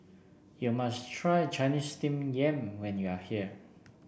you must try Chinese Steamed Yam when you are here